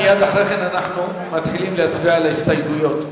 מייד אחרי כן אנחנו מתחילים להצביע על ההסתייגויות.